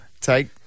Take